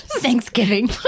Thanksgiving